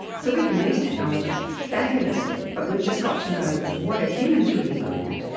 so we can use technology fabulously, but we've just got to know what are humans really good at,